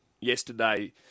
yesterday